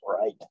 Right